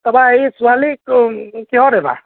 তাৰ পৰা এই ছোৱালীক কিহত এইবাৰ